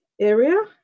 area